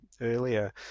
earlier